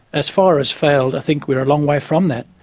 as far as failed, i think we're a long way from that.